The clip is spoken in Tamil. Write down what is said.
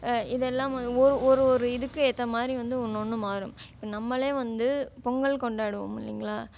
இதெல்லாம் வந்து ஒரு ஒரு ஒரு இதுக்கு ஏற்ற மாதிரி வந்து ஒன்று ஒன்றும் மாறும் நம்மளே வந்து பொங்கல் கொண்டாடுவோம் இல்லைங்களா